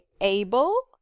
ABLE